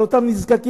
על אותם נזקקים,